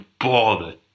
bother